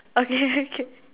okay okay